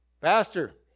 pastor